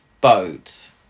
boat